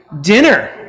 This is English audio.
dinner